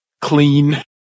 clean